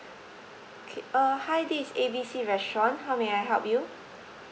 okay uh hi this is A B C restaurant how may I help you